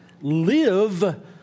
Live